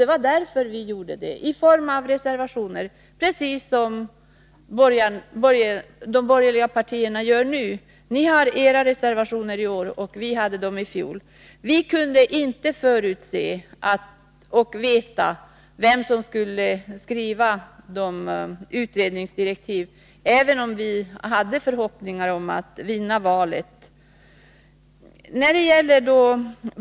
Vi gjorde det i form av reservationer, precis som de borgerliga partierna gör nu. Ni har era reservationer i år, och vi hade våra i fjol. Vi kunde inte veta vem som skulle skriva utredningsdirektiven, även om vi hade förhoppningar om att vinna valet.